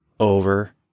Over